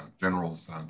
general's